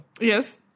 yes